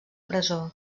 presó